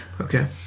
Okay